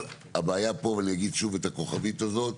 אבל הבעיה פה, אני אגיד שוב את הכוכבית הזאת,